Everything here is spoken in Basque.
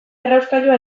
errauskailua